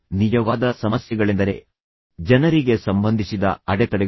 ಆದರೆ ನಿಜವಾದ ಸಮಸ್ಯೆಗಳೆಂದರೆ ಜನರಿಗೆ ಸಂಬಂಧಿಸಿದ ಅಡೆತಡೆಗಳು